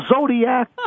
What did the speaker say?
Zodiac